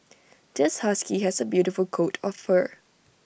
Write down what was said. this husky has A beautiful coat of fur